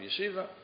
yeshiva